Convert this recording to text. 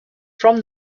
from